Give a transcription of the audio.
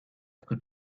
could